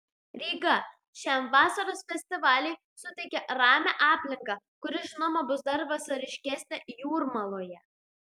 ryga šiam vasaros festivaliui suteikia ramią aplinką kuri žinoma bus dar vasariškesnė jūrmaloje